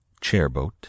Chairboat